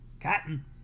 Cotton